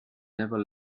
never